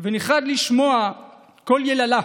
ונחרד לשמוע קול יללה.